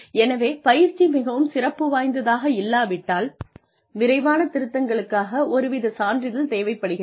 எனவே பயிற்சி மிகவும் சிறப்பு வாய்ந்ததாக இல்லாவிட்டால் விரைவான திருத்தங்களுக்காக ஒருவித சான்றிதழ் தேவைப்படுகிறது